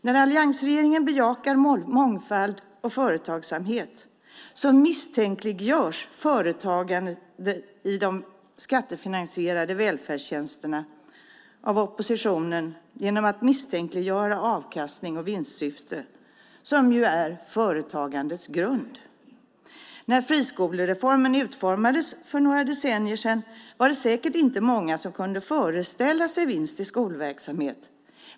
När alliansregeringen bejakar mångfald och företagsamhet misstänkliggörs företagande i de skattefinansierade välfärdstjänsterna av oppositionen genom att man misstänkliggör avkastning och vinstsyfte, som ju är företagandets grund. När friskolereformen utformades för några decennier sedan var det säkert inte många som kunde föreställa sig vinst i skolverksamhet.